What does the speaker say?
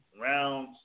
rounds